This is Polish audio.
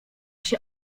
się